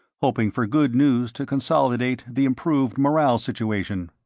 hoping for good news to consolidate the improved morale situation.